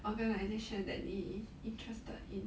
organisation that 你 interested in